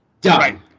done